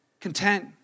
Content